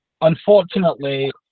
unfortunately